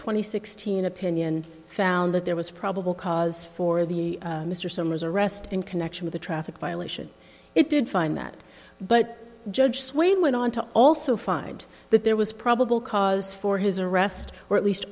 and sixteen opinion found that there was probable cause for the mr summers arrest in connection with a traffic violation it did find that but judge swain went on to also find that there was probable cause for his arrest or at least